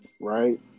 right